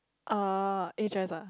uh eight dress ah